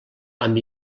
amb